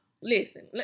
Listen